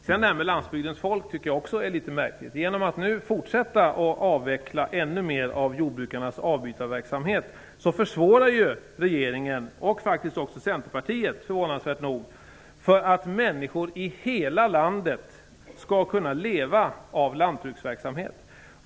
Inställningen till landsbygdens folk tycker jag också är litet märklig. Genom att avveckla ännu mer av jordbrukarnas avbytarverksamhet försvårar regeringen och även Centerpartiet, förvånansvärt nog, för att människor i hela landet skall kunna leva av lantbruksverksamhet.